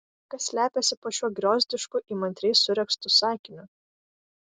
kas slepiasi po šiuo griozdišku įmantriai suregztu sakiniu